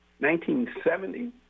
1970